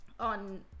On